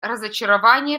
разочарование